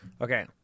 Okay